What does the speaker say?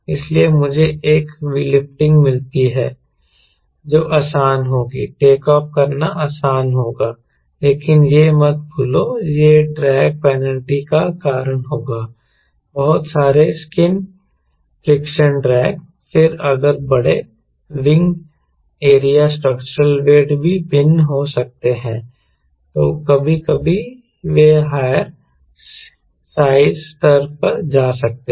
इसलिए मुझे एक लिफ्टिंग मिलती है जो आसान होगी टेकऑफ़ करना आसान होगा लेकिन यह मत भूलो यह ड्रैग पेनल्टी का कारण होगा बहुत सारे स्किन फ्रिक्शन ड्रैग फिर अगर बड़े विंग एरिया स्ट्रक्चरल वेट भी भिन्न हो सकते हैं तो कभी कभी वे हायर साइज़ स्तर पर जा सकते हैं